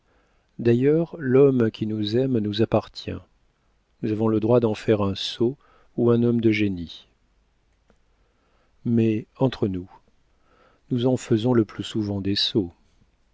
d'ailleurs l'homme qui nous aime nous appartient nous avons le droit d'en faire un sot ou un homme de génie mais entre nous nous en faisons le plus souvent des sots